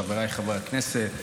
חבריי חברי הכנסת,